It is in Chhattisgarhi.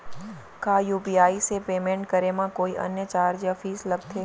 का यू.पी.आई से पेमेंट करे म कोई अन्य चार्ज या फीस लागथे?